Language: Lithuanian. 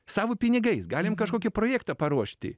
savo pinigais galim kažkokį projektą paruošti